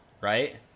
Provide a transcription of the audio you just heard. Right